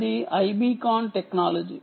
అది iBeacon technology